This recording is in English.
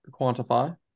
quantify